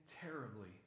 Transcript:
terribly